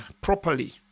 properly